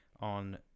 on